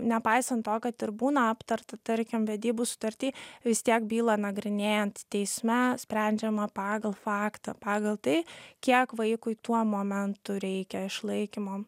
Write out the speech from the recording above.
nepaisant to kad ir būna aptarta tarkim vedybų sutarty vis tiek bylą nagrinėjant teisme sprendžiama pagal faktą pagal tai kiek vaikui tuo momentu reikia išlaikymo